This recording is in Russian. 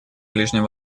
ближнем